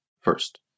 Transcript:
first